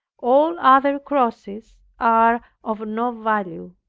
all other crosses are of no value.